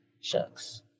shucks